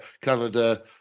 Canada